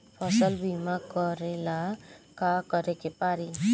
फसल बिमा करेला का करेके पारी?